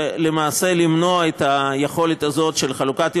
ולמעשה למנוע את היכולת הזאת של חלוקת ירושלים,